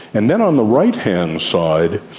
and then on the right-hand side,